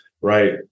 right